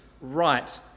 right